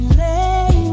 lay